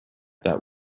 that